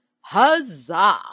Huzzah